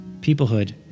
Peoplehood